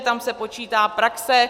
Tam se počítá praxe.